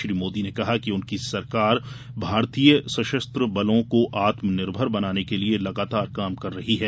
श्री मोदी ने कहा कि उनकी सरकार भारतीय सशस्त्रक बलों को आत्म निर्भर बनाने के लिए लगातार काम कर रही है